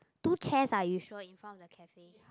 two chairs ah you sure in front of the cafe